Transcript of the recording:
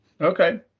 Okay